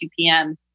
2PM